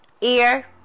ear